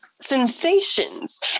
sensations